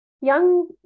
young